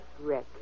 Rick